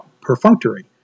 perfunctory